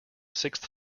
sixth